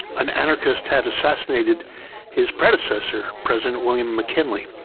an anarchist had assassinated his predecessor, president william mckinley,